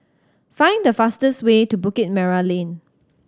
find the fastest way to Bukit Merah Lane